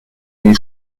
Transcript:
die